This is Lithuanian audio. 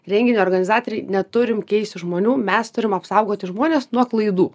renginio organizatoriai neturim keisti žmonių mes turim apsaugoti žmones nuo klaidų